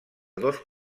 dos